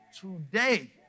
today